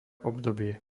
obdobie